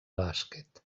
bàsquet